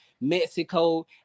mexico